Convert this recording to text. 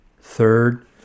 third